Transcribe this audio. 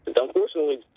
Unfortunately